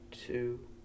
two